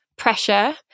Pressure